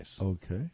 okay